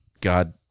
God